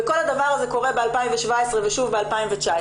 וכל הדבר הזה קורה ב-2017 ושוב ב-2019,